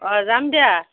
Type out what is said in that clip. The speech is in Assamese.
অঁ যাম দিয়া